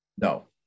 No